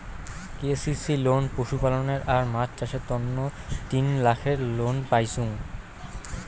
KCC loan পশুপালনে আর মাছ চাষের তন্ন তিন লাখের লোন পাইচুঙ